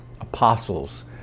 apostles